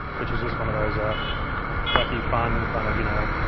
which is just one of those ah wacky, fun, kind of, you know,